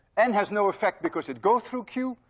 n has no effect because it goes through q,